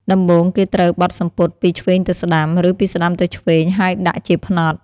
ដំបូងគេត្រូវបត់សំពត់ពីឆ្វេងទៅស្តាំ ឬពីស្តាំទៅឆ្វេងហើយដាក់ជាផ្នត់។